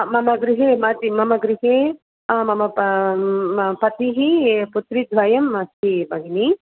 मम गृहे मति मम गृहे मम प म पतिः पुत्रीद्वयम् अस्ति भगिनि